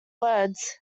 words